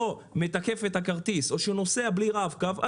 מתקף את הכרטיס או שהוא נוסע בלי רב-קו,